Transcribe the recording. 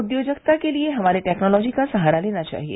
उद्योजकता के लिए हमारे टेक्नॉलोजी का सहारा लेना चाहिए